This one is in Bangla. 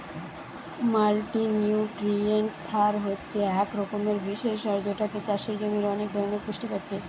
মাল্টিনিউট্রিয়েন্ট সার হচ্ছে এক রকমের বিশেষ সার যেটাতে চাষের জমির অনেক ধরণের পুষ্টি পাচ্ছে